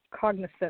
cognizant